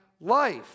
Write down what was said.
life